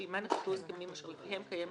שעימן נכרתו הסכמים אשר לפיהם קיימת